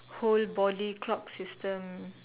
whole body clock system